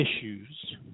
issues